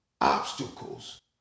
Obstacles